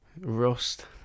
Rust